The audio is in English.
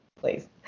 please